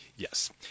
Yes